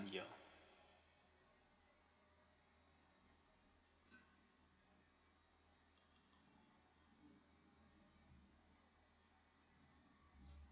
year